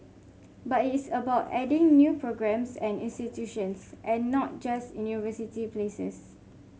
but it is about adding new programmes and institutions and not just university places